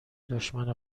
دشمن